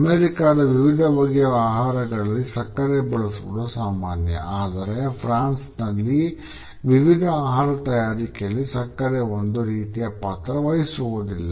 ಅಮೇರಿಕಾದ ವಿವಿಧ ಬಗೆಯ ಆಹಾರಗಳಲ್ಲಿ ಸಕ್ಕರೆ ಬಳಸುವುದು ಸಾಮಾನ್ಯ ಆದರೆ ಫ್ರಾನ್ಸ್ನಲ್ಲಿ ವಿವಿಧ ಆಹಾರ ತಯಾರಿಕೆಯಲ್ಲಿ ಸಕ್ಕರೆ ಒಂದೇ ರೀತಿಯ ಪಾತ್ರ ನಿರ್ವಹಿಸುವುದಿಲ್ಲ